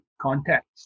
context